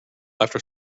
after